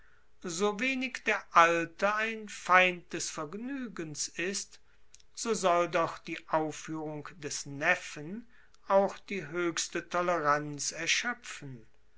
so wenig der alte ein feind des vergnügens ist so soll doch die aufführung des neffen auch die höchste toleranz erschöpfen